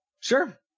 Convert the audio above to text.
Sure